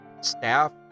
staff